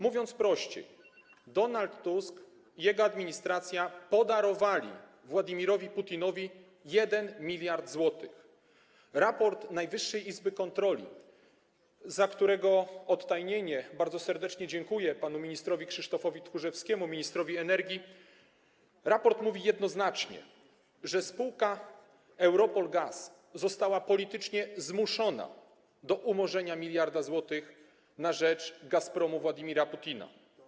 Mówiąc prościej, Donald Tusk i jego administracja podarowali Władimirowi Putinowi 1 mld zł. Raport Najwyższej Izby Kontroli, za którego odtajnienie bardzo serdecznie dziękuję panu ministrowi energii Krzysztofowi Tchórzewskiemu, mówi jednoznacznie, że spółka EuRoPol Gaz została politycznie zmuszona do umorzenia 1 mld zł na rzecz Gazpromu Władimira Putina.